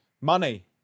money